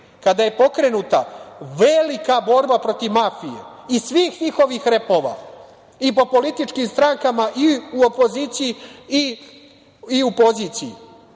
kada je pokrenuta velika borba protiv mafije i svih njihovih repova i po političkim strankama i u opoziciji i u poziciji